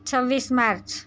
છવ્વીસ માર્ચ